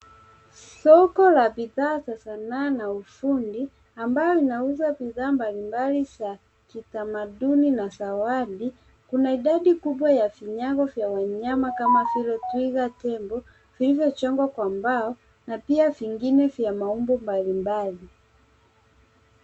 Soko la bidhaa za sanaa na ufundi , ambayo inauza bidhaa mbalimbali za kitamaduni na zawadi, kuna idadi kubwa ya vinyago vya wanyama kama vile twiga, tembo, vilivyochongwa kwa mbao na pia vingine vya maumbo mbalimbali.